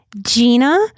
gina